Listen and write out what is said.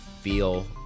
feel